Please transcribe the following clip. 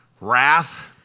wrath